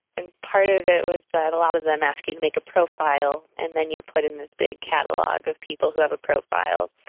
and part of it was that a lot of them ask you to make a profile and then you're put in this big catalogue of people who have a profile.